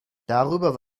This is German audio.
darüber